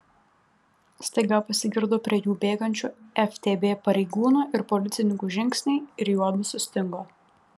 staiga pasigirdo prie jų bėgančių ftb pareigūnų ir policininkų žingsniai ir juodu sustingo